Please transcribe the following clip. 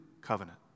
covenant